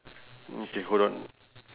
okay hold on